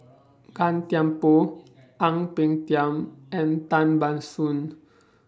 Gan Thiam Poh Ang Peng Tiam and Tan Ban Soon